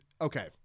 okay